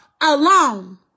alone